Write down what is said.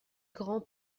grand